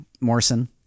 Morrison